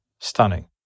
stunning